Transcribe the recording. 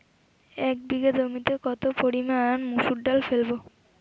এক বিঘে জমিতে কত পরিমান মুসুর ডাল ফেলবো?